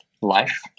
life